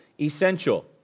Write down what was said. essential